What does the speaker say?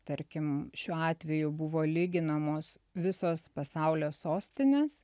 tarkim šiuo atveju buvo lyginamos visos pasaulio sostinės